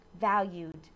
valued